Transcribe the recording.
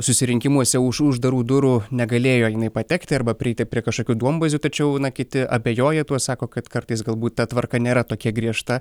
susirinkimuose už uždarų durų negalėjo jinai patekti arba prieiti prie kažkokių duombazių tačiau kiti abejoja tuo sako kad kartais galbūt ta tvarka nėra tokia griežta